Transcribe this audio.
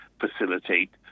facilitate